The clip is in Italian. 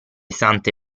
sante